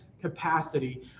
capacity